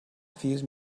fuse